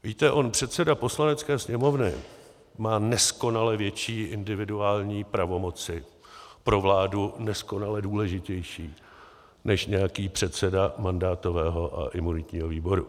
Víte, on předseda Poslanecké sněmovny má neskonale větší individuální pravomoci, pro vládu neskonale důležitější, než má nějaký předseda mandátového a imunitního výboru.